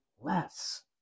less